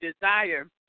desire